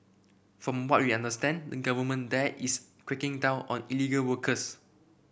from what we understand the government there is cracking down on illegal workers